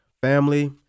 family